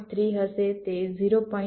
3 હશે તે 0